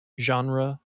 Genre